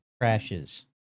crashes